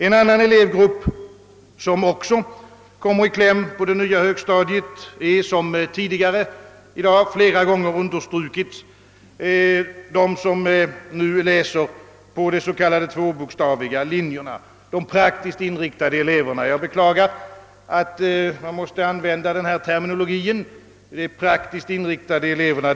En annan elevgrupp, som kommer i kläm på högstadiet, är, som tidigare i dag flera gånger understrukits, de som nu läser på de s.k. tvåbokstaviga linjerna — de praktiskt inriktade eleverna. Jag beklagar, att man måste använda denna terminologi »de praktiskt inriktade eleverna».